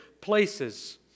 places